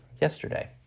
yesterday